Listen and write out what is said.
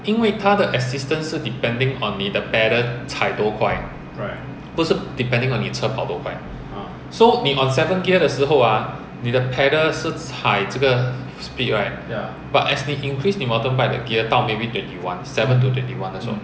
因为它的 assistance 是 depending on 你的 pedal 踩多快不是 depending on 你车跑多快 so 你 on seventh gear 的时候 ah 你的 pedal 是踩这个 speed right ya but as 你 increase 你 mountain bike 的 gear 到 twenty one seven to twenty one 的时候